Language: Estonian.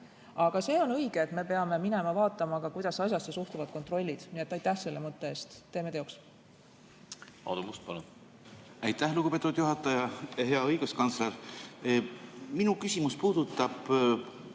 Aga see on õige, et me peame minema vaatama, kuidas asjasse suhtuvad kontrollid. Nii et aitäh selle mõtte eest, teeme teoks! Aadu Must, palun! Aadu Must, palun! Aitäh, lugupeetud juhataja! Hea õiguskantsler! Minu küsimus puudutab